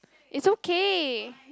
is okay